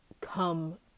come